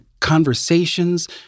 conversations